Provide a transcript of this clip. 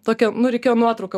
tokią nu reikėjo nuotrauką